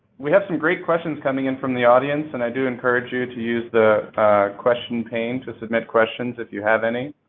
we have some great questions coming in from the audience, and i do encourage you to use the question pane to submit questions if you have any.